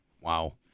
Wow